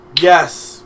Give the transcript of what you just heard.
Yes